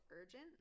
urgent